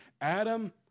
Adam